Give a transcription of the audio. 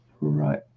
right